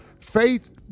Faith